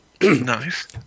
nice